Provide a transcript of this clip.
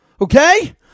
Okay